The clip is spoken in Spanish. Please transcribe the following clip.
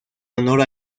honor